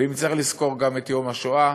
ואם צריך לזכור גם את יום השואה,